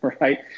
right